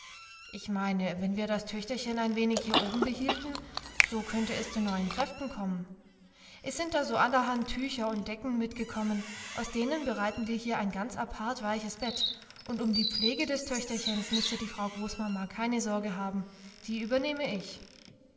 ich meine wenn wir das töchterchen ein wenig hier oben behielten so könnte es zu neuen kräften kommen es sind da so allerhand tücher und decken mitgekommen aus denen bereiten wir hier ein ganz apart weiches bett und um die pflege des töchterchens müßte die frau großmama keine sorge haben die übernehme ich